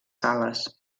sales